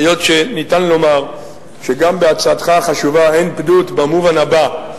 היות שניתן לומר שגם בהצעתך החשובה אין פדות במובן הבא: